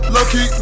Lucky